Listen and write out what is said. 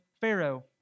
Pharaoh